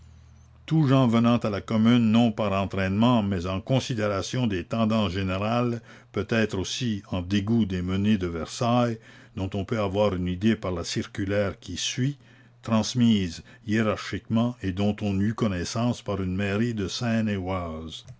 tous gens venant à la commune non par entraînement mais en considération des tendances générales peut-être aussi en dégoût des menées de versailles dont on peut avoir une idée par la circulaire qui suit transmise hiérarchiquement et dont on eut connaissance par une mairie de